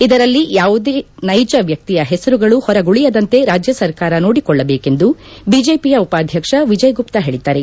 ಇದರಲ್ಲಿ ಯಾವುದೇ ನೈಜ ವ್ಯಕ್ತಿಯ ಹೆಸರುಗಳು ಹೊರಗುಳಿಯದಂತೆ ರಾಜ್ಯ ಸರ್ಕಾರ ನೋಡಿಕೊಳ್ಳಬೇಕೆಂದು ಬಿಜೆಪಿಯ ಉಪಾಧ್ಯಕ್ಷ ವಿಜಯ್ ಗುಪ್ತಾ ಹೇಳಿದ್ದಾರೆ